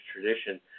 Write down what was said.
tradition